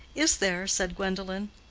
is there? said gwendolen.